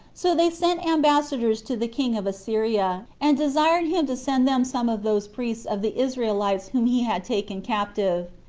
so they sent ambassadors to the king of assyria, and desired him to send them some of those priests of the israelites whom he had taken captive.